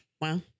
Wow